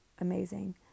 amazing